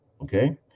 Okay